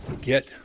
Get